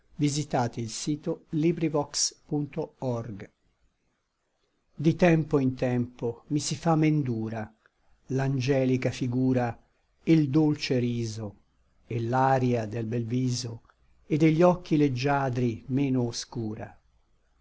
scriva di tempo in tempo mi si fa men dura l'angelica figura e l dolce riso et l'aria del bel viso e degli occhi leggiadri meno oscura